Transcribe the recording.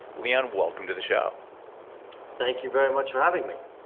leon, welcome to the show thank you very much for having me